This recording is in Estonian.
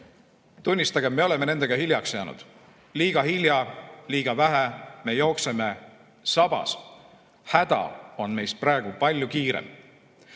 tunnistagem, me oleme nendega hiljaks jäänud. Liiga hilja, liiga vähe – me jookseme sabas. Häda on meist praegu palju kiirem.